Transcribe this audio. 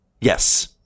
Yes